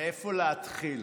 מאיפה להתחיל?